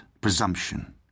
presumption